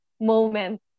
moment